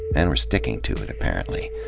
and we're sticking to it, apparently.